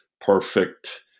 perfect